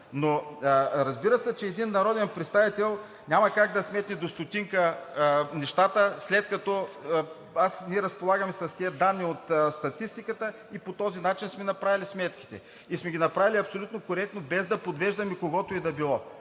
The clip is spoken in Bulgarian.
но, разбира се, че един народен представител няма как да сметне до стотинка нещата, след като ние разполагаме с тези данни от статистиката и по този начин сме направили сметките и сме ги направили абсолютно коректно, без да подвеждаме когото и да било.